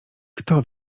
kto